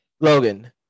Logan